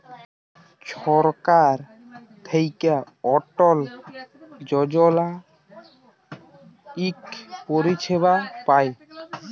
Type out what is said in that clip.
ছরকার থ্যাইকে অটল যজলা ইক পরিছেবা পায়